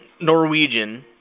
Norwegian